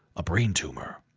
a brain tumor.